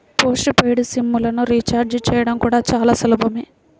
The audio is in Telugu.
పోస్ట్ పెయిడ్ సిమ్ లను రీచార్జి చేయడం కూడా చాలా సులభమే